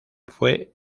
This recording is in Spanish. fue